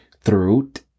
throat